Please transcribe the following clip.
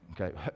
Okay